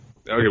Okay